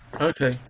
Okay